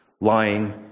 lying